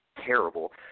terrible